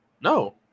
No